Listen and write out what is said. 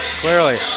Clearly